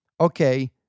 okay